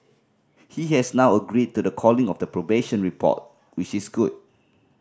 he has now agreed to the calling of the probation report which is good